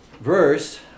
verse